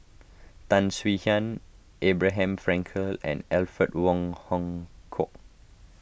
Tan Swie Hian Abraham Frankel and Alfred Wong Hong Kwok